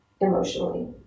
emotionally